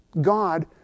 God